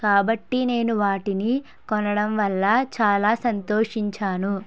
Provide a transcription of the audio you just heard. కాబట్టి నేను వాటిని కొనడం వల్ల చాలా సంతోషించాను